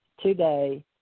today